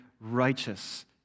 righteous